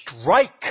Strike